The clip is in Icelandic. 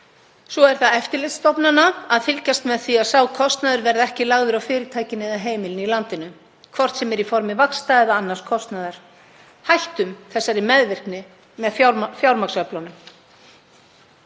Svo er það eftirlitsstofnana að fylgjast með því að sá kostnaður verði ekki lagður á fyrirtækin eða heimilin í landinu, hvort sem er í formi vaxta eða annars kostnaðar. — Hættum þessari meðvirkni með fjármagnsöflunum.